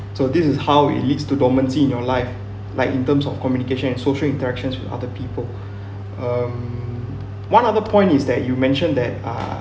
so this is how it leads to dormancy in your life like in terms of communication and social interactions with other people um one other point is that you mentioned that uh